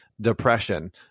depression